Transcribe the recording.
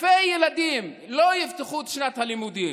אלפי ילדים לא יפתחו את שנת הלימודים.